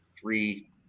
three